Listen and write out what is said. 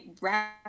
wrap